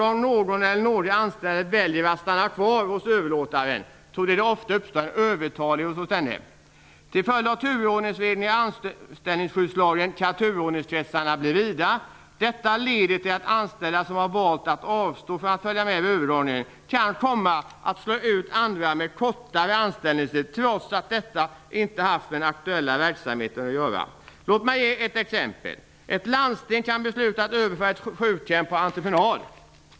Om någon eller några anställda väljer att stanna kvar hos överlåtaren vid en verksamhetsövergång torde det ofta uppstå en övertalighet hos denna. Till följd av turordningsreglerna i lagen om anställningsskydd kan turordningskretsarna bli vida. Detta leder till att anställda som har valt att avstå från att följa med vid övergången kan slå ut andra med kortare anställningstid trots att dessa inte haft med den aktuella verksamheten att göra. Låt mig ge ett exempel. Ett landsting kan besluta att överföra ett sjukhem till entreprenad.